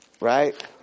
Right